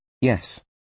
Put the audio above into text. Yes